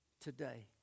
today